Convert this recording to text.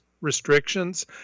restrictions